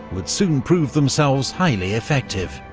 would soon prove themselves highly effective.